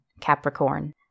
Capricorn